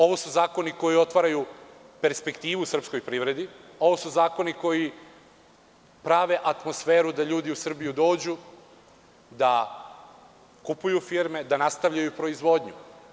Ovo su zakoni koji otvaraju perspektivu srpskoj privredi, ovo su zakoni koji prave atmosferu da ljudi u Srbiju dođu da kupuju firme, da nastavljaju proizvodnju.